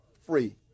free